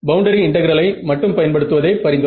boundary இன்டெகிரலை மட்டும் பயன்படுத்துவதே பரிந்துரை